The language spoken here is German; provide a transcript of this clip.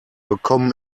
bekommen